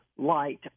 light